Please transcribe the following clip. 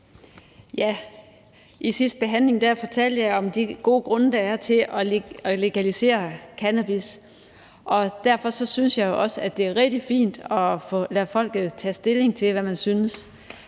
den sidste behandling fortalte jeg om de gode grunde, der er, til at legalisere cannabis. Og derfor synes jeg jo også, det er rigtig fint at lade folket tage stilling til, hvad man synes,